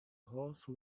horse